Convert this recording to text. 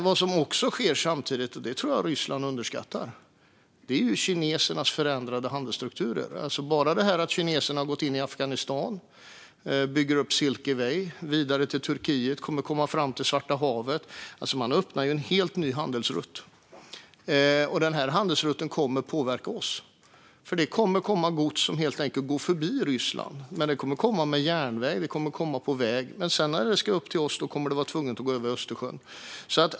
Vad som också sker samtidigt, och något som jag tror att Ryssland underskattar, är kinesernas förändrade handelsstrukturer. Tänk bara på detta att kineserna har gått in i Afghanistan, bygger upp Silk Road vidare till Turkiet och kommer att komma fram till Svarta havet! De öppnar en helt ny handelsrutt, och denna handelsrutt kommer att påverka oss. Det kommer att komma gods som helt enkelt går förbi Ryssland. Det kommer att komma på järnväg, och det kommer att komma på väg. Men när det sedan ska upp till oss kommer det att behöva gå över Östersjön.